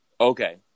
Okay